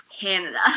Canada